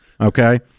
Okay